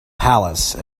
palace